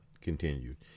continued